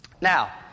Now